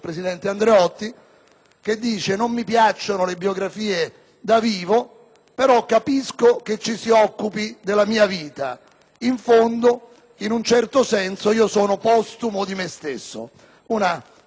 ha detto: «non mi piacciono le biografie da vivo, però capisco che ci si occupi della mia vita; in fondo, in un certo senso io sono postumo di me stesso». Una frase autoironica